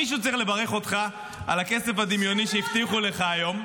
מישהו צריך לברך אותך על הכסף הדמיוני שהבטיחו לך היום,